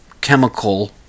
chemical